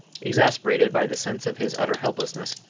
exasperated by the sense of his utter helplessness,